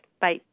Bye